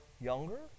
younger